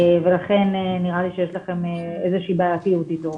ולכן נראה לי שיש לכם איזו שהיא בעייתיות איתו.